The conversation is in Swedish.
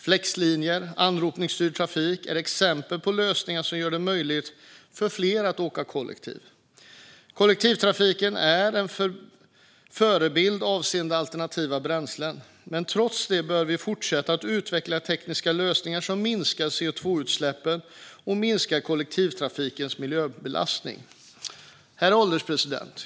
Flexlinjer och anropsstyrd trafik är exempel på lösningar som gör det möjligt för fler att åka kollektivt. Kollektivtrafiken är en förebild avseende alternativa bränslen. Trots detta bör vi fortsätta att utveckla tekniska lösningar som minskar C02-utsläppen och kollektivtrafikens miljöbelastning. Herr ålderspresident!